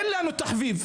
אין לנו תחביב,